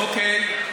אוקיי.